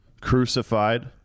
crucified